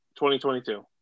2022